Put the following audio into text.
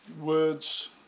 words